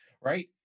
right